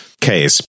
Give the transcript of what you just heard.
case